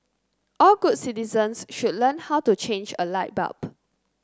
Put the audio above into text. all good citizens should learn how to change a light bulb